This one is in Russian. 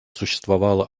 существовало